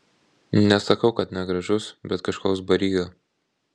nesakau kad negražus bet kažkoks baryga